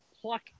pluck